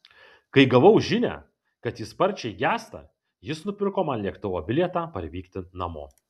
kai gavau žinią kad ji sparčiai gęsta jis nupirko man lėktuvo bilietą parvykti namo